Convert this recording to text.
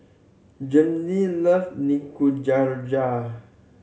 Jeanne love